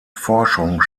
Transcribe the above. forschung